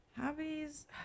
Hobbies